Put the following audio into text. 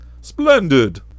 Splendid